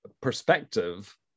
perspective